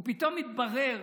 ופתאום מתברר